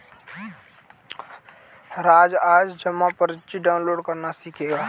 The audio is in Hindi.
राज आज जमा पर्ची डाउनलोड करना सीखेगा